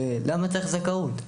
למה צריך זכאות?